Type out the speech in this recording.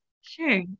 Sure